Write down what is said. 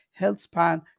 Healthspan